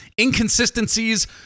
Inconsistencies